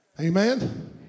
Amen